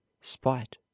spite